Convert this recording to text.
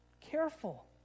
careful